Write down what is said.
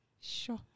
Sure